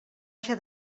haja